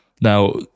Now